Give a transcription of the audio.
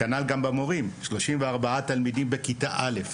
כנ"ל גם לגבי המורים 34 תלמידים בכיתה א'